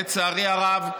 לצערי הרב,